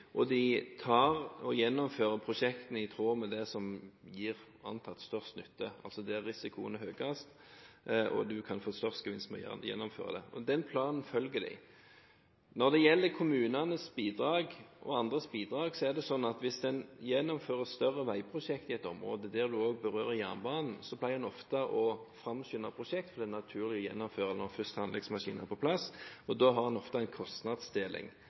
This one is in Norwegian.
og de gjennomfører prosjektene i tråd med det som gir antatt størst nytte, altså der risikoen er høyest og en kan få størst gevinst av å gjennomføre det. Den planen følger de. Når det gjelder kommunenes bidrag og andres bidrag, er det slik at hvis en gjennomfører større veiprosjekter i et område der en også berører jernbanen, pleier en ofte å framskynde prosjekter som det er naturlig å gjennomføre når en først har anleggsmaskiner på plass. Da har en ofte en kostnadsdeling,